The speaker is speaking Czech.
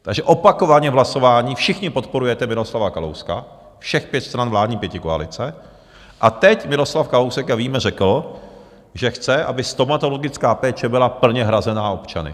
Takže opakovaně v hlasování všichni podporujete Miroslava Kalouska, všech pět stran vládní pětikoalice, a teď Miroslav Kalousek, jak víme, řekl, že chce, aby stomatologická péče byla plně hrazena občany.